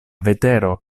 vetero